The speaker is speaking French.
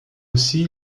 aussi